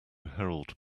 herald